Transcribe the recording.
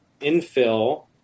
infill